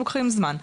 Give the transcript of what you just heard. הם לוקחים זמן.